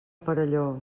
perelló